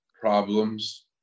problems